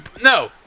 No